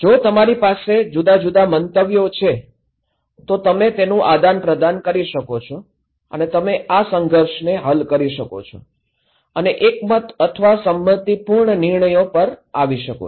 જો તમારી પાસે જુદા જુદા મંતવ્યો છે તો તમે તેનું આદાન પ્રદાન કરી શકો છો અને તમે આ સંઘર્ષને હલ કરી શકો છો અને એકમત અથવા સંમતિપૂર્ણ નિર્ણયો પર આવી શકો છો